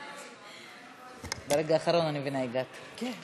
גברתי היושבת-ראש, חברי כנסת נכבדים,